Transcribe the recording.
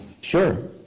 Sure